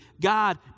God